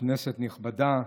כנסת נכבדה,